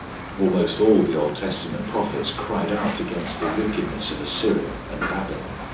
almost all the old testament prophets cried out against the wickedness of assyria and babylon,